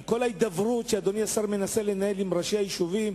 עם כל ההידברות שאדוני השר מנסה לנהל עם ראשי היישובים,